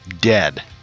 dead